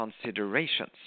considerations